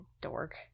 dork